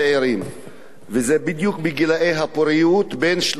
וזה בדיוק בגיל הפוריות, בין 30 ל-50.